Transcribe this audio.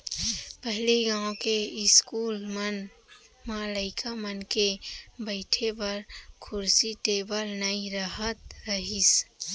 पहिली गॉंव के इस्कूल मन म लइका मन के बइठे बर कुरसी टेबिल नइ रहत रहिस